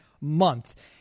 month